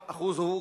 האחוז הוא גבוה,